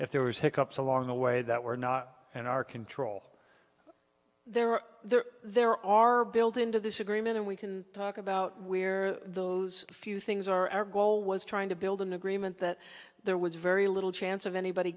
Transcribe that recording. if there was hiccups along the way that were not in our control there are there there are built into this agreement and we can talk about where those few things are our goal was trying to build an agreement that there was very little chance of anybody